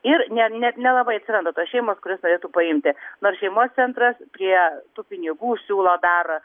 ir ne net nelabai atsiranda tos šeimos kurios norėtų paimti nors šeimos centras prie tų pinigų siūlo dar